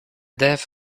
death